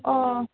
ꯑꯣ